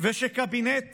ושקבינט